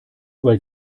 weil